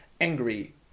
Angry